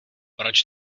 proč